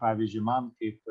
pavyzdžiui man kaip